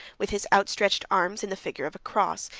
with his outstretched arms in the figure of a cross,